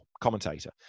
commentator